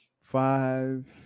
five